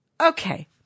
Okay